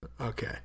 Okay